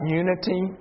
unity